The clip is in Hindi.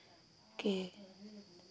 के